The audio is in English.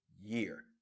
year